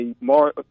more